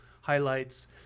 highlights